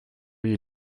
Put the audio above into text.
you